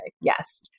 Yes